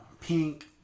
Pink